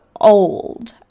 old